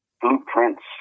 blueprints